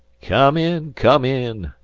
come in come in!